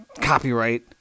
copyright